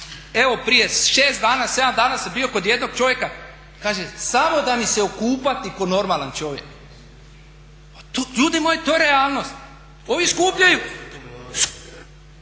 evo prije 6 dana, 7 dana sam bio kod jednog čovjeka kaže samo da mi se okupati ko normalan čovjek. Pa ljudi moji to je realnost. Ovi skupljaju